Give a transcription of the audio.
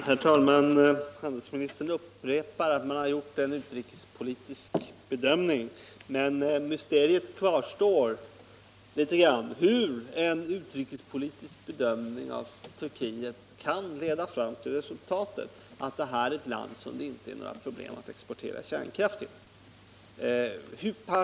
Herr talman! Handelsministern upprepar att regeringen har gjort en utrikespolitisk bedömning. Men mysteriet hur en utrikespolitisk bedömning av Turkiet kan leda fram till resultatet att det är ett land som det inte är några problem att exportera kärnkraft till kvarstår.